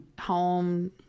home